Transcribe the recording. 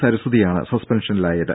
സരസ്വതിയാണ് സസ്പെൻഷനിലായത്